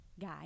guy